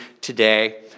today